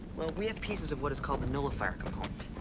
well we have pieces of what is called the nullifier component.